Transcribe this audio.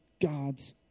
God's